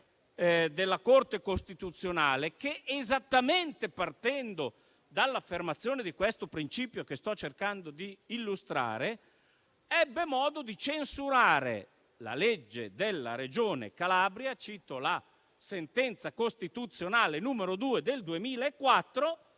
della Corte costituzionale che, esattamente partendo dall'affermazione del principio che sto cercando di illustrare, ebbe modo di censurare la legge della Regione Calabria - cito la sentenza costituzionale n. 2 del 2004